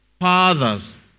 fathers